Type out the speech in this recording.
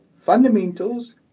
fundamentals